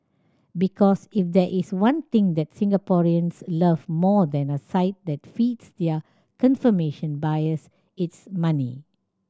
because if there is one thing that Singaporeans love more than a site that feeds their confirmation bias it's money